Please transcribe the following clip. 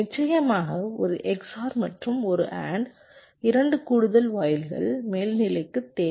நிச்சயமாக ஒரு XOR மற்றும் ஒரு AND 2 கூடுதல் வாயில்கள் மேல்நிலைக்கு தேவை